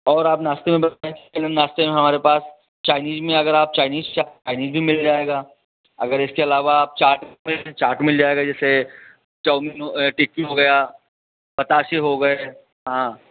और आप नाश्ते में स्नैक्स के लिए नाश्ते में हमारे पास चाइनीज़ में अगर आप चाइनीज़ चाह चाइनीज़ भी मिल जाएगा अगर इसके अलावा आप चाट में चाट मिल जाएगा जैसे चाऊमीन टिक्की हो गया बताशे हो गए हाँ